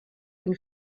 been